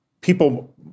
people